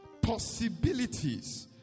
possibilities